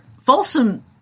Folsom